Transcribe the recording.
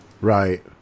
Right